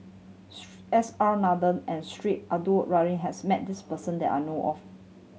S R Nathan and Sheik Alau'ddin has met this person that I know of